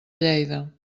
lleida